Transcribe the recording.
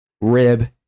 rib